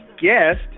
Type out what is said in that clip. guest